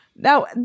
Now